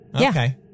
Okay